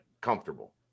comfortable